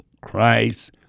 Christ